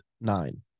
nine